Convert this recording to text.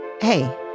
Hey